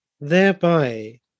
thereby